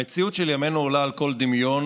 המציאות של ימינו עולה על כל דמיון.